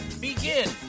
begin